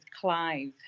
Clive